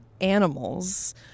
animals